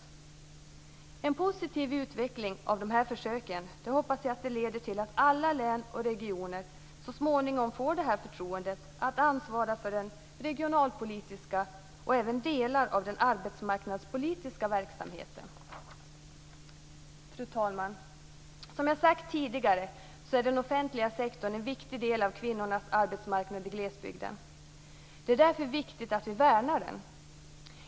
Jag hoppas att en positiv utveckling av dessa försök leder till att alla län och regioner så småningom får förtroendet att ansvara för den regionalpolitiska och delar av den arbetsmarknadspolitiska verksamheten. Fru talman! Den offentliga sektorn är en viktig del av kvinnornas arbetsmarknad i glesbygden. Det är därför viktigt att vi värnar den.